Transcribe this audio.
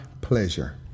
pleasure